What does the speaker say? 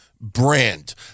brand